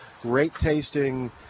great-tasting